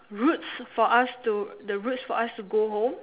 routes for us to the routes for us to go home